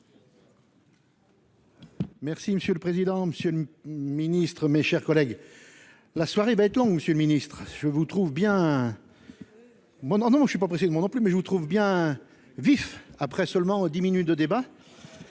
Merci monsieur le président, Monsieur le Ministre, mes chers collègues. La soirée va être long. Monsieur le ministre, je vous trouve bien. Moi non non je je suis pas pressée de moi non plus mais je vous trouve bien vif après seulement 10 minutes de débat.